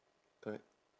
correct